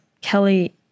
Kelly